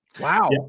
Wow